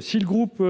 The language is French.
Si le groupe